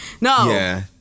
No